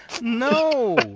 No